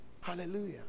Hallelujah